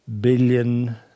billion